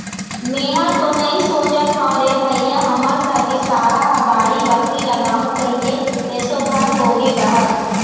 मेंहा तो नइ सोचत हव रे भइया हमर घर के सारा ह बाड़ी बखरी लगाहूँ कहिके एसो भर होगे कहत